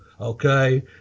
Okay